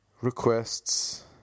Requests